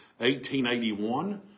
1881